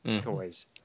toys